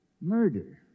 Murder